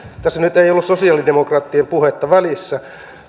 tässä nyt ei ei ollut sosialidemokraattien puhetta välissä